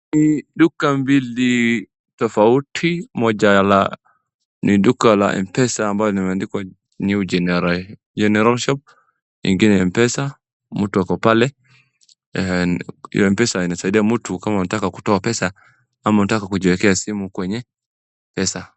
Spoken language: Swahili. Ni duka mbili tofauti ,moja la ni duka la m-pesa ambalo limeandikwa New General Shop ingine ni m-pesa mtu ako pale hio m-pesa inasaidia mtu kama unataka kutoa pesa ama unataka kujiekea simu kwenye pesa.